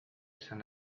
san